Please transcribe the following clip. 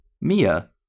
Mia